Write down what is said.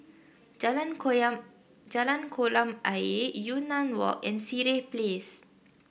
Jalan Koyam Jalan Kolam Ayer Yunnan Walk and Sireh Place